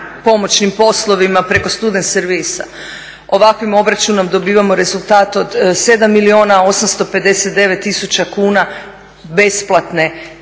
pomoćnim poslovima preko student servisa. Ovakvim obračunom dobivamo rezultat od 7 milijuna 859 tisuća kuna besplatne